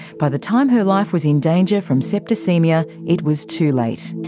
by the time her life was in danger from septicaemia, it was too late.